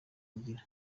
ngira